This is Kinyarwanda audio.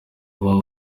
baba